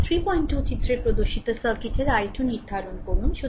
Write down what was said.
এই 328 চিত্রে প্রদর্শিত সার্কিটের i2 নির্ধারণ করুন